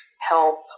help